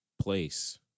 place